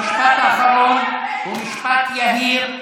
המשפט האחרון הוא משפט יהיר,